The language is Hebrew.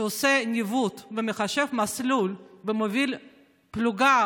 שעושה ניווט ומחשב מסלול ומוביל פלוגה